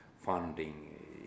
funding